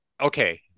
Okay